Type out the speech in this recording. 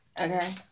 Okay